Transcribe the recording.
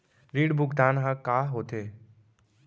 ऋण भुगतान ह का होथे?